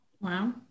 Wow